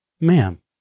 ma'am